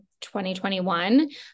2021